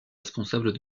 responsables